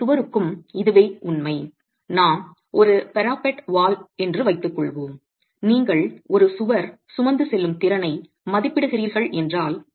ஒரு சுவருக்கும் இதுவே உண்மை நாம் ஒரு பாரபெட் சுவர் என்று வைத்துக்கொள்வோம் நீங்கள் ஒரு சுவர் சுமந்து செல்லும் திறனை மதிப்பிடுகிறீர்கள் என்றால்